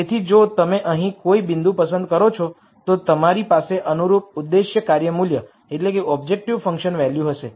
તેથી જો તમે અહીં કોઈ બિંદુ પસંદ કરો છો તો તમારી પાસે અનુરૂપ ઉદ્દેશ્ય કાર્ય મૂલ્ય હશે